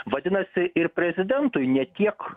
vadinasi ir prezidentui ne tiek